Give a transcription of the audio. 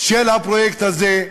של הפרויקט הזה.